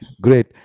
Great